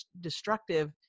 destructive